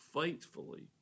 faithfully